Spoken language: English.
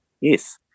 Yes